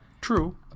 True